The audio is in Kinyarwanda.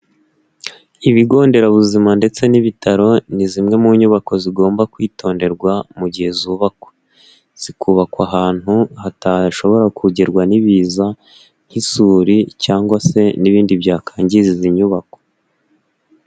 Ibigo nderabuzima ndetse n'ibitaro, ni zimwe mu nyubako zigomba kwitonderwa mu gihe zubakwa. Zikubakwa ahantu hadahashobora kugerwa n'ibiza nk'isuri cyangwa se n'ibindi byakwangiza izi nyubako.